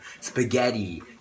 spaghetti